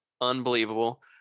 Unbelievable